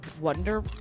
Wonder